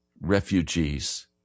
refugees